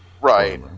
Right